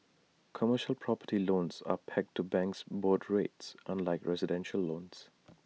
commercial property loans are pegged to banks' board rates unlike residential loans